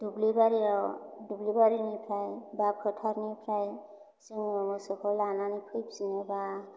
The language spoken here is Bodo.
दुब्लि बारियाव दुब्लि बारिनिफ्राय बा फोथारनिफ्राय जोङो मोसौखौ लानानै फैफिनोबा